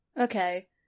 Okay